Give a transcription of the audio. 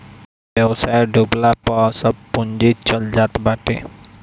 व्यवसाय डूबला पअ सब पूंजी चल जात बाटे